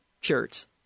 shirts